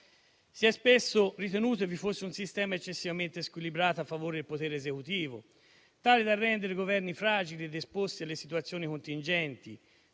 Si è spesso ritenuto che vi fosse un sistema eccessivamente squilibrato a favore del potere esecutivo, tale da rendere i Governi fragili ed esposti alle situazioni contingenti,